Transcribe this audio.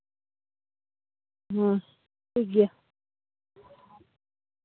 ᱦᱩᱸ ᱴᱷᱤᱠᱜᱮᱭᱟ